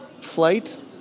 flight